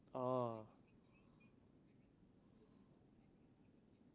oh